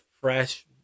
fresh